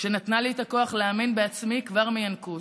נתנה לי את הכוח להאמין בעצמי כבר מינקות.